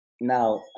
Now